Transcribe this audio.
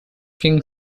king